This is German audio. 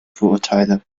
vorurteile